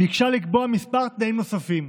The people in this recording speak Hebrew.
ביקשה לקבוע כמה תנאים נוספים,